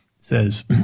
says